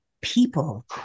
people